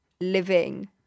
living